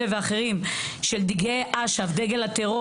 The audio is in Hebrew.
אלה דברים קשים, הדברים שאת אומרת.